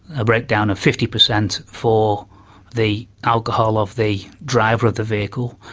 a breakdown of fifty percent for the alcohol of the driver of the vehicle,